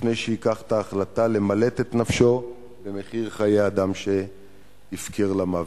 לפני שיחליט למלט את נפשו במחיר חיי אדם שהפקיר למוות.